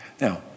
Now